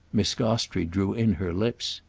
miss gostrey drew in her lips.